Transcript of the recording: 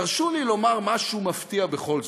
תרשו לי לומר משהו מפתיע בכל זאת: